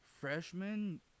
freshman